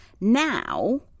Now